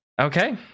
okay